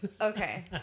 Okay